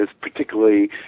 particularly